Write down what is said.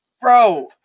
bro